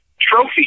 trophy